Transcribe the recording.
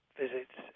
visits